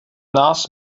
nás